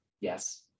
yes